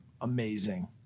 Amazing